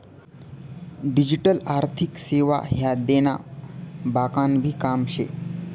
digital आर्थिक सेवा ह्या देना ब्यांकनभी काम शे